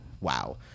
wow